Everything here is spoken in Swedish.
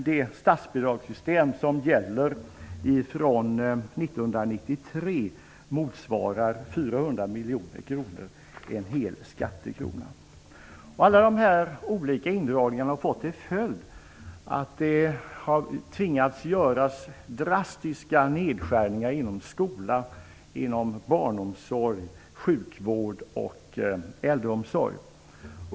Det statsbidragssystem som gäller fr.o.m. 1993 innebär en indragning på 400 Alla dessa indragningar har fått till följd att man har tvingats göra drastiska nedskärningar inom skola, barnomsorg, sjukvård och äldreomsorg.